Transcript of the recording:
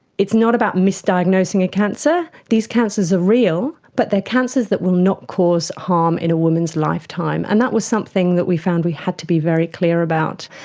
it's not about misdiagnosing a cancer, these cancers are real, but they are cancers that will not cause harm in a woman's lifetime. and that was something that we found we had to be very clear about.